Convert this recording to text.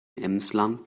emsland